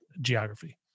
geography